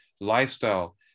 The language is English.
lifestyle